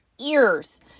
ears